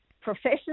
professional